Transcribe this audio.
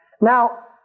now